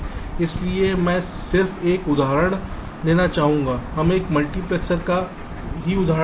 इसलिए मैं सिर्फ एक सरल उदाहरण लेना चाहूंगा हम एक मल्टीप्लेक्सर का एक ही उदाहरण लेंगे